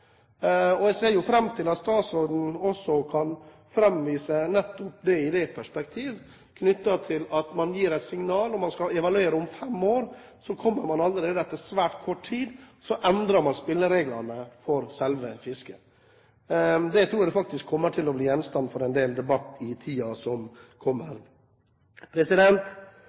reguleringene. Jeg ser fram til at statsråden kommenterer det nettopp i det perspektiv at man gir et signal om at man skal evaluere om fem år, og så kommer man allerede etter svært kort tid og endrer spillereglene for selve fisket. Det tror jeg faktisk kommer til å bli gjenstand for en del debatt i tiden som kommer.